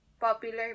popular